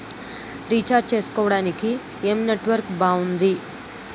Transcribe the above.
Recharge చేసుకోవటానికి ఏం network బాగుంది?